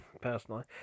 personally